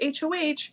HOH